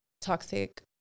toxic